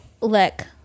look